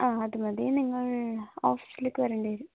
ആ അത് മതി നിങ്ങൾ ഓഫീസിലേക്ക് വരേണ്ടി വരും